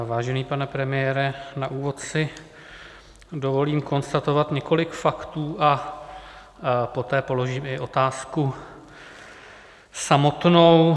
Vážený pane premiére, na úvod si dovolím konstatovat několik faktů a poté položím i otázku samotnou.